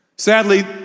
Sadly